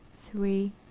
three